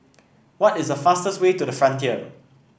what is the fastest way to the Frontier